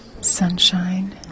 sunshine